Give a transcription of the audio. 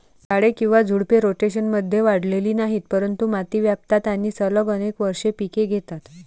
झाडे किंवा झुडपे, रोटेशनमध्ये वाढलेली नाहीत, परंतु माती व्यापतात आणि सलग अनेक वर्षे पिके घेतात